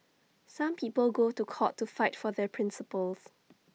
some people go to court to fight for their principles